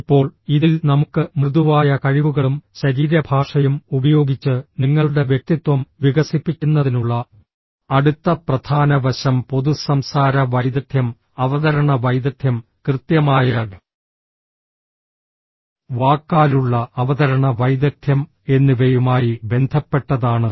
ഇപ്പോൾ ഇതിൽ നമുക്ക് മൃദുവായ കഴിവുകളും ശരീരഭാഷയും ഉപയോഗിച്ച് നിങ്ങളുടെ വ്യക്തിത്വം വികസിപ്പിക്കുന്നതിനുള്ള അടുത്ത പ്രധാന വശം പൊതു സംസാര വൈദഗ്ദ്ധ്യം അവതരണ വൈദഗ്ദ്ധ്യം കൃത്യമായ വാക്കാലുള്ള അവതരണ വൈദഗ്ദ്ധ്യം എന്നിവയുമായി ബന്ധപ്പെട്ടതാണ്